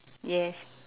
yes